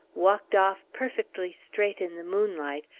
walked off perfectly straight in the moonlight,